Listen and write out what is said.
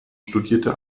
studierte